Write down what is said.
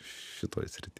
šitoj srity